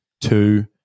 two